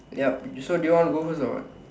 ya so do you want to go first or what